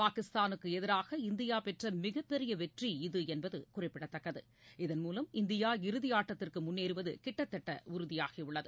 பாகிஸ்தானுக்கு எதிராக இந்தியா பெற்ற மிகப் பெரிய வெற்றி இது என்பது குறிப்பிடத்தக்கது இதன்மூலம் இந்தியா இறுதியாட்டத்திற்கு முன்னேறுவது கிட்டத்தட்ட உறுதியாகியுள்ளது